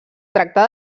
tracta